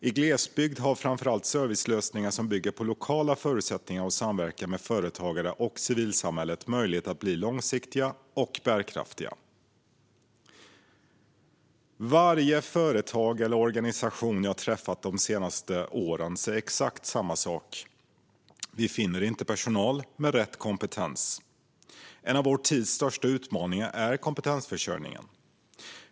I glesbygd har framför allt servicelösningar som bygger på lokala förutsättningar och samverkan med företagare och civilsamhället möjlighet att bli långsiktiga och bärkraftiga. Varje företag eller organisation jag träffat de senaste åren säger exakt samma sak: Vi finner inte personal med rätt kompetens. En av vår tids största utmaningar är kompetensförsörjningen.